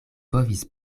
povis